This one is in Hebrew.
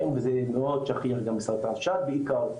כן, זה מאוד שכיח גם סרטן שד בעיקר.